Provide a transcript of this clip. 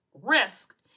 risk